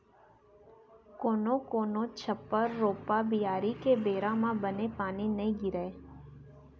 कोनो कोनो बछर रोपा, बियारी के बेरा म बने पानी नइ गिरय